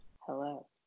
Hello